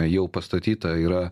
jau pastatytą yra